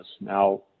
Now